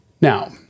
Now